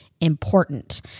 important